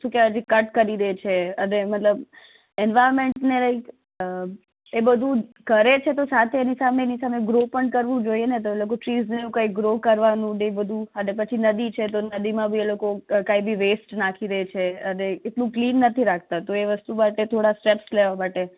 શું કહેવાય કે કટ કરી દે છે અને મતલબ એન્વાયરમેન્ટને લાઇક એ બધું કરે છે તો સાથે એની સામે એની સામે ગ્રો પણ કરવું જોઈએ ને તો એ લોકો ટ્રીઝને એવું કઈ ગ્રો કરવાનું ને એ બધું અને પછી નદી છે તો નદીમાં બી એ લોકો કંઈ બી વેસ્ટ નાખી દે છે અને એટલું ક્લીન નથી રાખતા તો એ વસ્તુ માટે થોડા સ્ટેપ્સ લેવા માટે